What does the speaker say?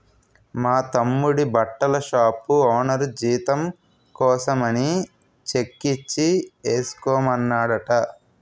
మా తమ్ముడి బట్టల షాపు ఓనరు జీతం కోసమని చెక్కిచ్చి ఏసుకోమన్నాడట